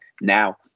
Now